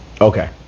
okay